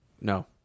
No